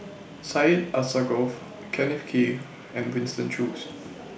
Syed Alsagoff Kenneth Kee and Winston Choos